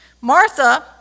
Martha